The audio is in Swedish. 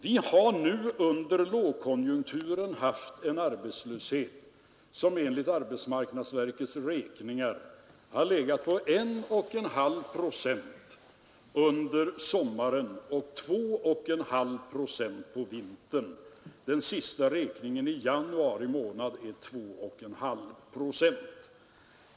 Vi har nu under lågkonjunkturen haft en arbetslöshet, som enligt arbetsmarknadsverkets beräkningar legat på 1,5 procent under sommaren och 2,5 procent under vintern. Den senaste uppskattningen i januari månad visar 2,5 procent.